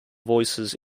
voices